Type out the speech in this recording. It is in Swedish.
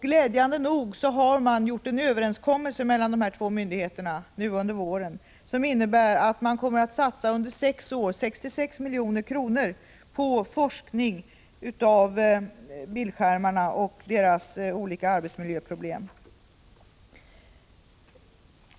Glädjande nog har de båda myndigheterna nu under våren träffat en överenskommelse som innebär att man under sex år kommer att satsa 66 milj.kr. på forskning kring bildskärmsarbete och därmed sammanhängande arbetsmiljöproblem.